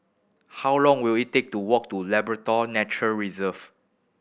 how long will it take to walk to Labrador Nature Reserve